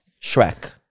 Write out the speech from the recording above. Shrek